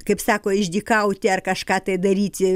kaip sako išdykauti ar kažką tai daryti